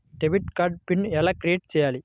Debit card pin ఎలా create చెయ్యాలి?